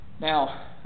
Now